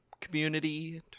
community